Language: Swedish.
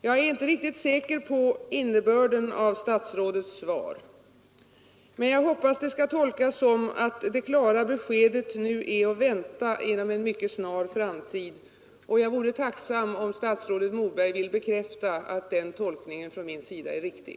Jag är inte riktigt säker på innebörden av statsrådets svar, men jag hoppas att det skall tolkas så att det klara beskedet nu är att vänta inom en mycket snar framtid, och jag vore tacksam om statsrådet Moberg ville bekräfta att denna min tolkning är riktig.